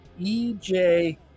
EJ